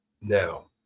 Now